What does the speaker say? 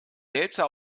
wälzer